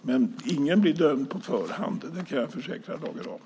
Jag kan dock försäkra Lage Rahm om att ingen blir dömd på förhand.